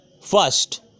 first